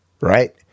Right